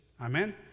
Amen